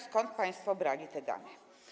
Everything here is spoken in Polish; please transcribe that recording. Skąd państwo brali te dane?